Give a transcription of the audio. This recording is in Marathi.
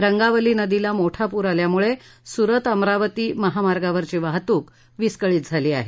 रंगावली नदीला मोठा पूर आल्यामुळे सुरत अमरावती महामार्गावरची वाहतूक विस्कळीत झाली आहे